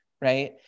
right